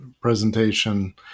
presentation